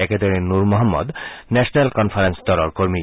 একদৰে Nur Mohammad National Conference দলৰ কৰ্মী